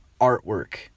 artwork